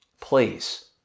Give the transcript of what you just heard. Please